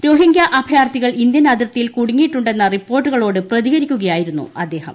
Rohingya അഭയാർത്ഥികൾ Indian അതിർത്തിയിൽ കുടുങ്ങിയിട്ടുണ്ടെന്ന റിപ്പോർട്ടുകളോട് പ്രതികരിക്കുകയായിരുന്നു അദ്ദേഹം